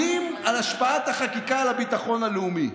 על השפעת החקיקה על הביטחון הלאומי,